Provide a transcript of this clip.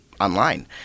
online